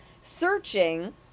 searching